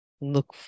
Look